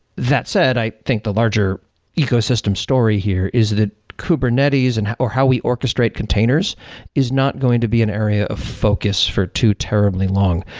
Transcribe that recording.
that said, i think the larger ecosystem story here is that kubernetes and or how we orchestrate containers is not going to be an area of focus for too terribly long.